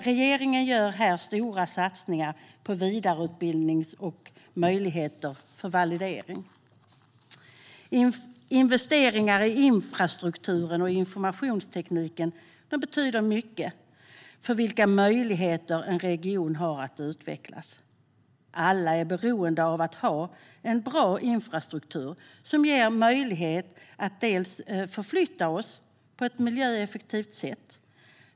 Regeringen gör här stora satsningar på vidareutbildning och möjligheter till validering. Investeringar i infrastrukturen och informationstekniken betyder mycket för vilka möjligheter en region har att utvecklas. Alla är beroende av en bra infrastruktur som ger oss möjlighet att förflytta oss på ett miljöeffektivt sätt inom landet.